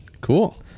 Cool